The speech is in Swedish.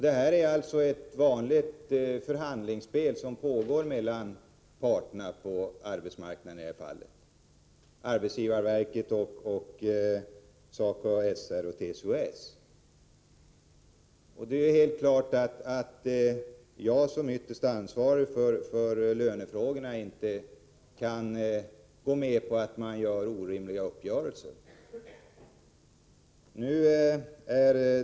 Det är alltså det vanliga förhandlingsspelet mellan parterna på arbetsmarknaden som nu pågår, i det här fallet mellan arbetsgivarverket, SACO-SR coh TCO-S. Det är klart att jag som ytterst ansvarig för lönefrågorna inte kan gå med på att man träffar orimliga uppgörelser.